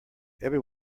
every